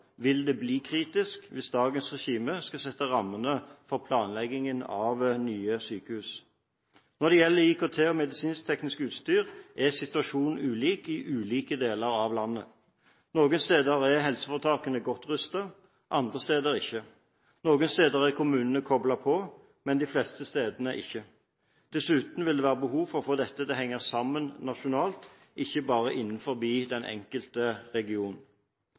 vil det bli kritisk hvis dagens regime skal sette rammene for planleggingen av nye sykehus. Når det gjelder IKT og medisinsk-teknisk utstyr, er situasjonen ulik i ulike deler av landet. Noen steder er helseforetakene godt rustet, andre steder ikke. Noen steder er kommunene koblet på, men de fleste stedene er de det ikke. Dessuten vil det være behov for å få dette til å henge sammen nasjonalt, ikke bare innenfor den enkelte region.